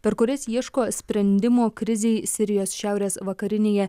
per kurias ieško sprendimų krizei sirijos šiaurės vakarinėje